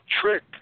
trick